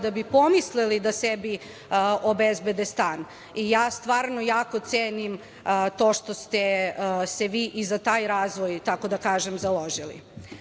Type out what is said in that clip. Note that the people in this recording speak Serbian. da bi pomislili da sebi obezbede stan. Ja stvarno jako cenim to što ste se vi i za taj razvoj tako, da kažem, založili. Na